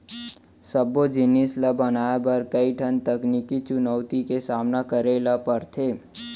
सबो जिनिस ल बनाए बर कइ ठन तकनीकी चुनउती के सामना करे ल परथे